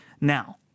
now